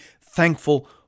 thankful